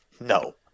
no